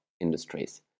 industries